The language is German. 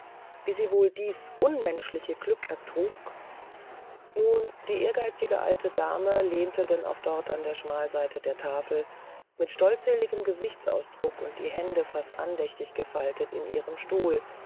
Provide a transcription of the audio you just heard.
wie sie wohl dies unmenschliche glück trug nun die ehrgeizige alte dame lehnte denn auch dort an der schmalseite der tafel mit stolzseligem gesichtsausdruck und die hände fast andächtig gefaltet in ihrem stuhl